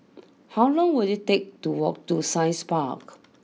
how long will it take to walk to Science Park